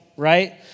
Right